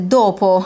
dopo